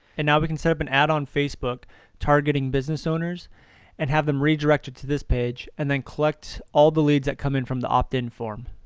and now we can set up and ad on facebook targeting business owners and have them redirected to this page and then collect all the leads that come from the opt in form.